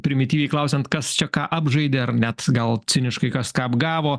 primityviai klausiant kas čia ką apžaidė ar net gal ciniškai kas ką apgavo